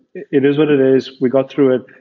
it it is what it is. we got through it.